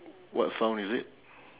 what sound is it